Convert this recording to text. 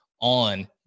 on